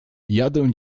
jadę